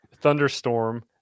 Thunderstorm